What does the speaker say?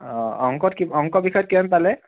অ অংকত কি অংক বিষয়ত কিমান পালে